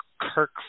Kirk